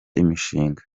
imishinga